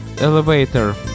elevator